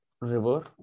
River